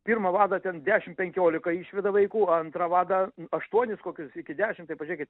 pirmą vadą ten dešim penkiolika išveda vaikų antrą vadą aštuonis kokius iki dešimt tai pažiūrėkit